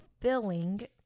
filling